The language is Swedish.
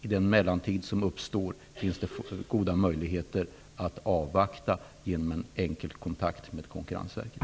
I mellantiden finns det goda möjligheter att avvakta genom en enkel kontakt med Konkurrensverket.